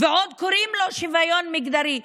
ועוד קוראים לזה "שוויון מגדרי".